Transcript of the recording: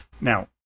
Now